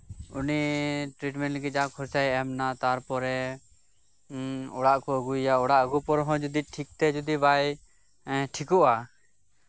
ᱩᱱᱤ ᱴᱨᱤᱴᱢᱮᱱᱴ ᱞᱟᱹᱜᱤᱫ ᱡᱟ ᱠᱷᱚᱨᱪᱟᱭ ᱮᱢ ᱮᱱᱟ ᱛᱟᱨᱯᱚᱨᱮ ᱚᱲᱟᱜ ᱠᱚ ᱟᱹᱜᱩᱭᱮᱭᱟ ᱚᱲᱟᱜ ᱟᱜᱩ ᱯᱚᱨ ᱦᱚᱸ ᱡᱩᱫᱤ ᱴᱷᱤᱠᱛᱮ ᱵᱟᱭ ᱴᱷᱤᱠᱚᱜᱼᱟ